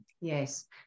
Yes